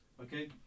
Okay